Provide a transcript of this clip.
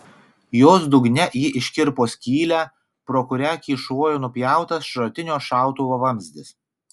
jos dugne ji iškirpo skylę pro kurią kyšojo nupjautas šratinio šautuvo vamzdis